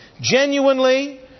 genuinely